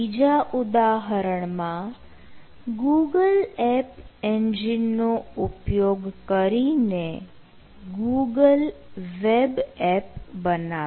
બીજા ઉદાહરણમાં Google app એન્જિનનો ઉપયોગ કરીને google વેબ એપ બનાવી